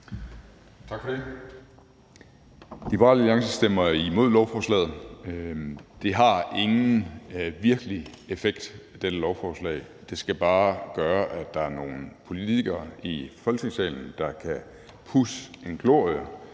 Tak for det. Liberal Alliance stemmer imod lovforslaget. Dette lovforslag har ingen virkelig effekt; det skal bare gøre, at der er nogle politikere i Folketingssalen, der kan pudse en glorie